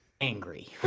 angry